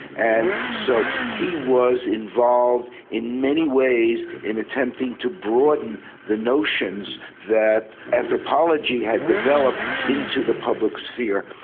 and so he was involved in many ways in attempting to broaden the notions that anthropology had developed into the public sphere.